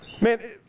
Man